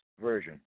Version